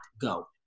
go